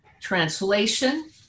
translation